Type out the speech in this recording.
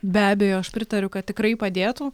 be abejo pritariu kad tikrai padėtų